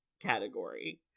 category